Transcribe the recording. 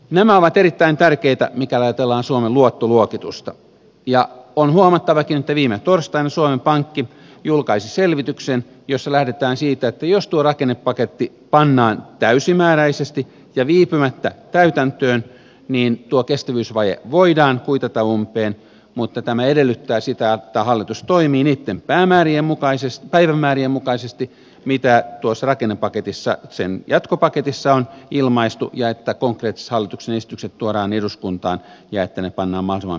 nämä ovat erittäin tärkeitä mikäli ajatellaan suomen luottoluokitusta ja on huomattavakin että viime torstaina suomen pankki julkaisi selvityksen jossa lähdetään siitä että jos tuo rakennepaketti pannaan täysimääräisesti ja viipymättä täytäntöön niin tuo kestävyysvaje voidaan kuitata umpeen mutta tämä edellyttää sitä että hallitus toimii niitten päivämäärien mukaisesti mitä tuossa rakennepaketin jatkopaketissa on ilmaistu ja että konkreettiset hallituksen esitykset tuodaan eduskuntaan ja että ne pannaan mahdollisimman pikaisesti täytäntöön